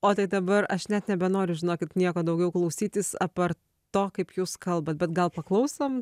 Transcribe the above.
o tai dabar aš net nebenoriu žinokit nieko daugiau klausytis apar to kaip jūs kalbat bet gal paklausom